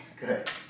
Good